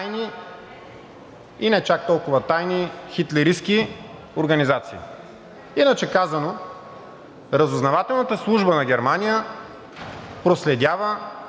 и не чак толкова тайни хитлеристки организации. Иначе казано, разузнавателната служба на Германия проследява